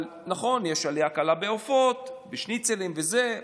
אבל נכון, יש עלייה קלה בעופות, בשניצלים, בזה.